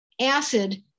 acid